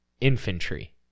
infantry